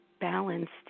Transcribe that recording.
balanced